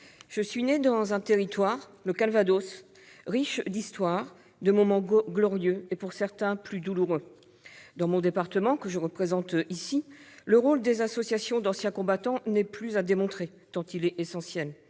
je suis née dans un territoire, le Calvados, riche d'histoire, de moments glorieux et d'autres plus douloureux. Dans mon département, que je représente ici, le rôle des associations d'anciens combattants n'est plus à démontrer, tant il est essentiel.